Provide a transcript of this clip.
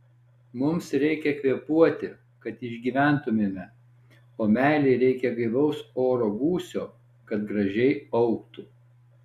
mums reikia kvėpuoti kad išgyventumėme o meilei reikia gaivaus oro gūsio kad gražiai augtų